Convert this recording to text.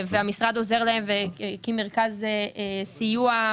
המשרד עוזר להן והקים מרכז סיוע.